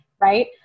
right